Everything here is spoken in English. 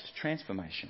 transformation